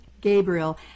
Gabriel